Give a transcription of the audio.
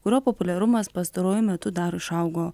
kurio populiarumas pastaruoju metu dar išaugo